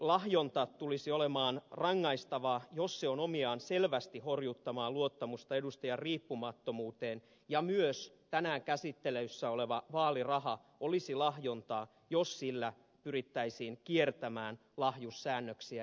lahjonta tulisi olemaan rangaistavaa jos se on omiaan selvästi horjuttamaan luottamusta edustajan riippumattomuuteen ja myös tänään käsittelyssä oleva vaaliraha olisi lahjontaa jos sillä pyrittäisiin kiertämään lahjussäännöksiä